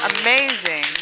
Amazing